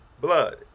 blood